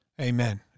Amen